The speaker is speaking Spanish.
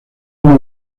una